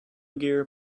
gear